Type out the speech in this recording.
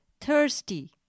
thirsty